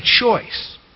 choice